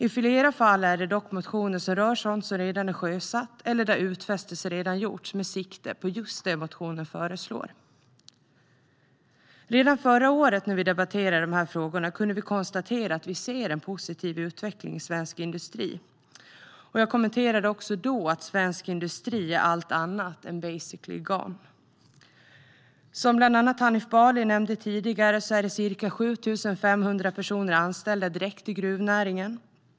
I flera fall är det dock motioner som rör sådant som redan är sjösatt eller där utfästelser redan har gjorts med sikte på just det motionen föreslår. Redan förra året när vi debatterade de här frågorna kunde vi konstatera att vi ser en positiv utveckling i svensk industri. Jag kommenterade också då att svensk industri är allt annat än "basically gone". Som bland andra Hanif Bali nämnde tidigare är ca 7 500 personer anställda direkt i gruvnäringen.